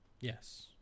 Yes